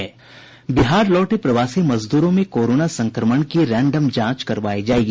बिहार लौटे प्रवासी मजदूरों में कोरोना संक्रमण की रैंडम जांच करवायी जायेगी